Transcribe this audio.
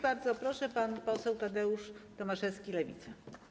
Bardzo proszę, pan poseł Tadeusz Tomaszewski, Lewica.